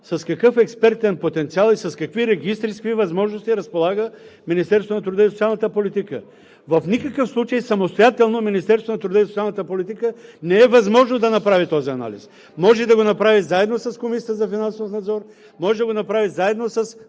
с какъв експертен потенциал и с какви регистри, с какви възможности разполага Министерството на труда и социалната политика? В никакъв случай самостоятелно Министерството на труда и социалната политика не е възможно да направи този анализ. Може да го направи заедно с Комисията за финансов надзор, може да го направи заедно с